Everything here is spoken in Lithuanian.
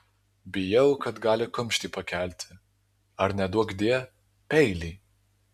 bijau kad gali kumštį pakelti ar neduokdie peilį